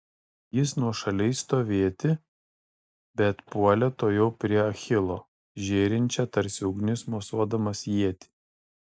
jis nuošaliai stovėti bet puolė tuojau prie achilo žėrinčią tarsi ugnis mosuodamas ietį